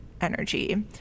energy